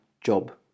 job